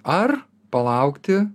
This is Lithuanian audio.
ar palaukti